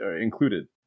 included